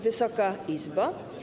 Wysoka Izbo!